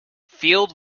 field